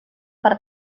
per